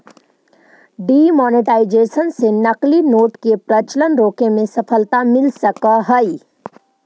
demonetisation से नकली note के प्रचलन रोके में सफलता मिल सकऽ हई